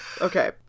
okay